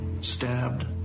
stabbed